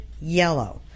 yellow